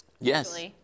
Yes